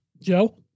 Joe